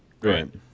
Great